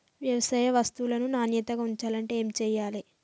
వ్యవసాయ వస్తువులను నాణ్యతగా ఉంచాలంటే ఏమి చెయ్యాలే?